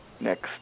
next